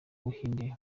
buhinde